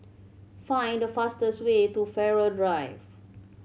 find the fastest way to Farrer Drive